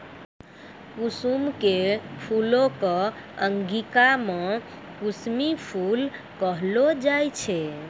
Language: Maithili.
कुसुम के फूल कॅ अंगिका मॅ कुसमी फूल कहलो जाय छै